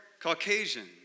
Caucasian